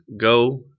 Go